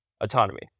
Autonomy